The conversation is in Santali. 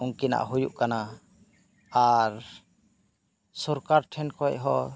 ᱩᱱᱠᱤᱱᱟᱜ ᱦᱩᱭᱩᱜ ᱠᱟᱱᱟ ᱟᱨ ᱥᱚᱨᱠᱟᱨ ᱴᱷᱮᱱ ᱠᱷᱚᱡ ᱦᱚᱸ